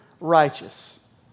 righteous